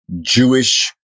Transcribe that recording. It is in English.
jewish